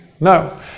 No